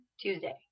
tuesday